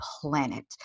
planet